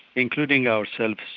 including ourselves,